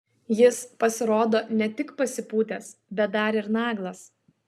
jis pasirodo ne tik pasipūtęs bet dar ir naglas